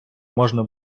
можна